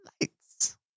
lights